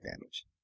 damage